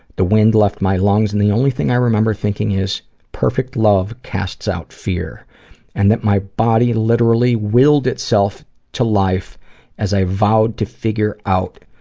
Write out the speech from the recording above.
the wind left my lungs and the only thing i remember thinking is perfect love casts out fear and that my body literally willed itself to life as i vowed to figure out,